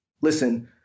Listen